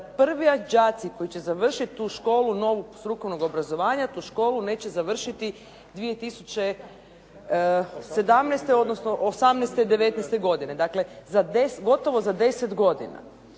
prvi đaci koji će završit tu školu novu strukovnog obrazovanja, tu školu neće završiti 2017. odnosno '18., '19. godine, dakle gotovo za deset godina.